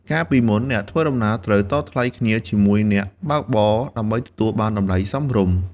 កាលពីមុន អ្នកដំណើរត្រូវតថ្លៃគ្នាជាមួយអ្នកបើកបរដើម្បីទទួលបានតម្លៃសមរម្យ។